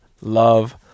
love